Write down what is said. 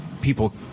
people